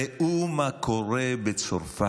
ראו מה קורה בצרפת.